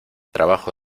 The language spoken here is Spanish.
trabajo